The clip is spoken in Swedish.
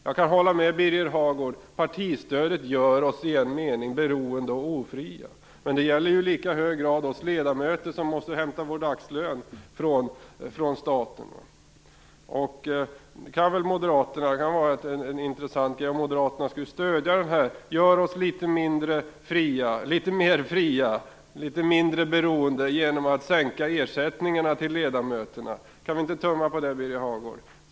Jag kan hålla med Birger Hagård om att partistödet gör oss i en mening beroende och ofria. Men det gäller i lika hög grad oss ledamöter, som måste hämta vår dagslön från staten. Det skulle vara intressant om Moderaterna ville stödja detta. Gör oss litet mer fria och litet mindre beroende genom att sänka ersättningarna till ledamöterna! Kan vi inte tumma på det, Birger Hagård?